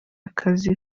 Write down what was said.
akazi